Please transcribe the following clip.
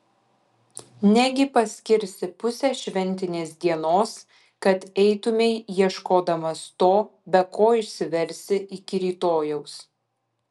negi paskirsi pusę šventinės dienos kad eitumei ieškodamas to be ko išsiversi iki rytojaus